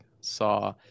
saw